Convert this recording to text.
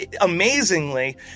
amazingly